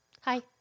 Hi